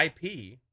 ip